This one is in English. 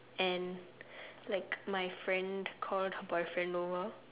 and like my friend called her boyfriend over